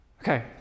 Okay